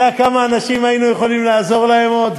אתה יודע לכמה אנשים היינו יכולים לעזור עוד?